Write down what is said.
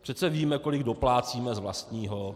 Přece víme, kolik doplácíme z vlastního.